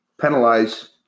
penalize